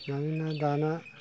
माइरङा दाना